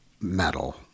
metal